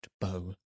bow